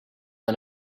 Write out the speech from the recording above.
and